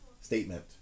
statement